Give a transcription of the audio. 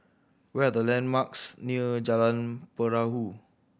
what are the landmarks near Jalan Perahu